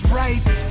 right